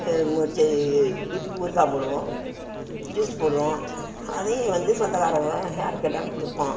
முடிச்சது வீட்டுக்கு ஊருகாய் போடுவோம் ஜூஸ் போடுவோம் அதையும் வந்து சொந்தக்காரவங்க யார் கேட்டாலும் கொடுப்போம்